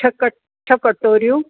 छह छह कटोरियूं